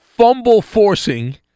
fumble-forcing